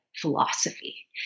Philosophy